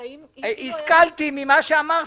המיסיון --- השכלתי ממה שאמרתם.